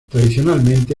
tradicionalmente